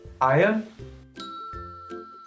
Iron